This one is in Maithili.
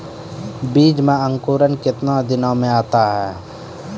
बीज मे अंकुरण कितने दिनों मे आता हैं?